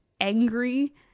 angry